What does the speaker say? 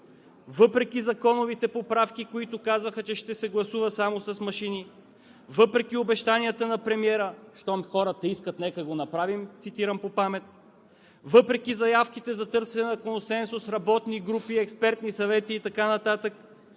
въпреки законовите поправки, които казваха, че ще се гласува само с машини, въпреки обещанията на премиера: „Щом хората искат, нека го направим“ – цитирам по памет, въпреки заявките за търсене на консенсус, работни групи, експертни съвети и така